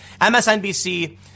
MSNBC